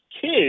kids